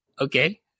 Okay